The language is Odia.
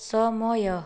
ସମୟ